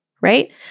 right